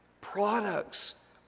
products